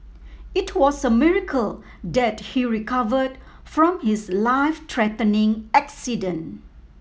it was a miracle that he recovered from his life threatening accident